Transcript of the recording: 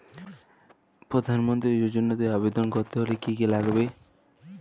প্রধান মন্ত্রী যোজনাতে আবেদন করতে হলে কি কী লাগবে?